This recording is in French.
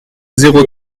zéro